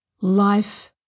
life